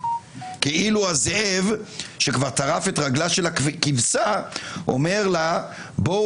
כאילו הזאב שכבר טרף את רגלה של הכבשה אומר לה בואו